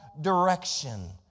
direction